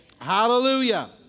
Hallelujah